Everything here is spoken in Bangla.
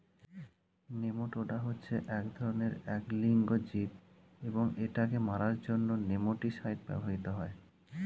নেমাটোডা হচ্ছে এক ধরণের এক লিঙ্গ জীব এবং এটাকে মারার জন্য নেমাটিসাইড ব্যবহৃত হয়